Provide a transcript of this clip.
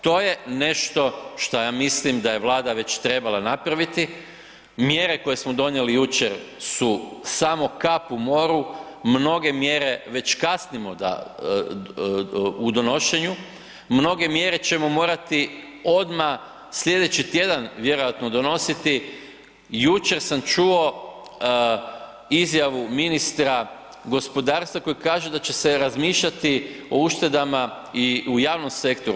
To je nešto šta ja mislim da je Vlada već trebala napraviti, mjere koje smo donijeli jučer su samo kap u moru, mnoge mjere, već kasnimo u donošenju, mnoge mjere ćemo morati odmah slijedeći tjedan vjerojatno donositi, jučer sam čuo izjavu ministra gospodarstva koji kaže da će se razmišljati o uštedama i u javnom sektoru.